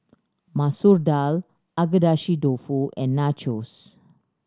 Masoor Dal Agedashi Dofu and Nachos